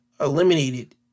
eliminated